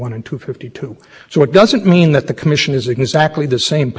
to nine thirty thank you or for your presentations the case is submit